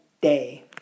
day